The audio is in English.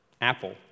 Apple